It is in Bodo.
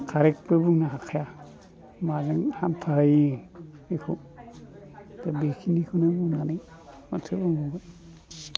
कारेक्टबो बुंनो हाखाया माजों हामथारो बेखौ दा बेखिनिखौनो बुंनानै माथो बुंबावनो